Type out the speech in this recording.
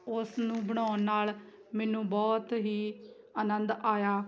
ਉਸ ਨੂੰ ਬਣਾਉਣ ਨਾਲ ਮੈਨੂੰ ਬਹੁਤ ਹੀ ਆਨੰਦ ਆਇਆ